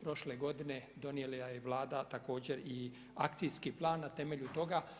prošle godine donijela je Vlada, također i akcijski plan na temelju toga.